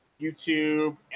YouTube